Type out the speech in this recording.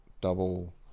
double